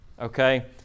okay